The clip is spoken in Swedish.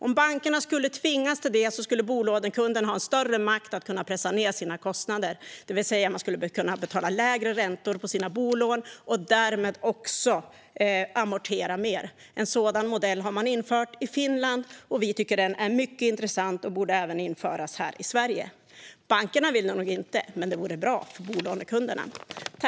Om bankerna skulle tvingas till det skulle bolånekunderna ha större makt att pressa ned sina kostnader, det vill säga betala lägre räntor på sina bolån och därmed amortera mer. En sådan modell har man infört i Finland, och vi tycker att den är mycket intressant och borde införas även här i Sverige. Det vill nog inte bankerna, men det vore bra för bolånekunderna.